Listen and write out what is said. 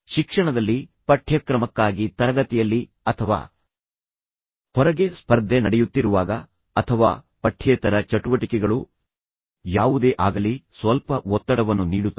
ಶಿಕ್ಷಣದಲ್ಲಿ ಪಠ್ಯಕ್ರಮಕ್ಕಾಗಿ ತರಗತಿಯಲ್ಲಿ ಅಥವಾ ಹೊರಗೆ ಸ್ಪರ್ಧೆ ನಡೆಯುತ್ತಿರುವಾಗ ಅಥವಾ ಪಠ್ಯೇತರ ಚಟುವಟಿಕೆಗಳು ಯಾವುದೇ ಆಗಲಿ ಇದು ನಿಮಗೆ ಸ್ವಲ್ಪ ಒತ್ತಡವನ್ನು ನೀಡುತ್ತದೆ